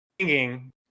singing